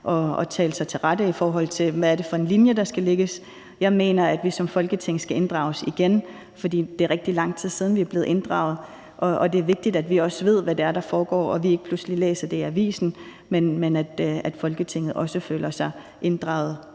og tale sig til rette, i forhold til hvad det er for en linje, der skal lægges. Jeg mener, at vi som Folketing skal inddrages igen, for det er rigtig lang tid siden, vi er blevet inddraget, og det er vigtigt, at vi også ved, hvad det er, der foregår, og at vi ikke pludselig læser det i avisen, men at Folketinget også føler sig inddraget